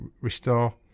restore